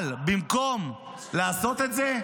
אבל במקום לעשות את זה,